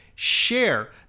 Share